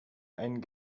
einen